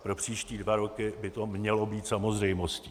Pro příští dva roky by to mělo být samozřejmostí.